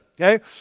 okay